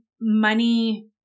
money